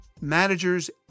managers